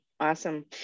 Awesome